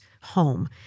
home